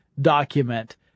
document